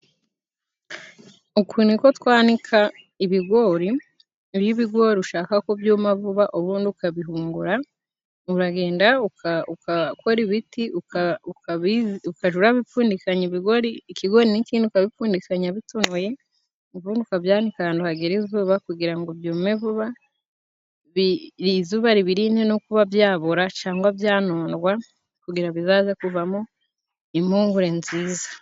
Uku ni ko twanika ibigori, iyo ibigori ushaka ko byuma vuba ubundi ukabihungura, uragenda ugakora ibiti, ukaja urabipfundikanya ibigori ikigori n'ikindi ukabipfundikanya bitonoye ubundi ukabyanika ahantu hagera izuba kugira ngo byume vuba, izuba ribirinde no kuba byabora cangwa byanundwa kugira bizaze kuvamo impungure nziza.